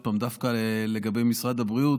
עוד פעם: דווקא לגבי משרד הבריאות,